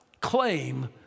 claim